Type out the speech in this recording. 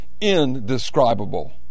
Indescribable